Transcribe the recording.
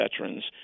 veterans